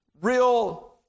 real